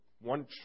one